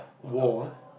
war ah